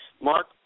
Mark